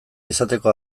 izateko